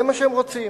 זה מה שהם רוצים.